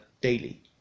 daily